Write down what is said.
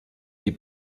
die